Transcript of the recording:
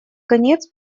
конец